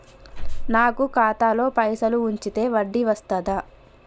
నాకు ఖాతాలో పైసలు ఉంచితే వడ్డీ వస్తదా?